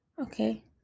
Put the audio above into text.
okay